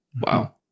wow